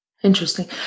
Interesting